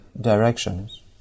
directions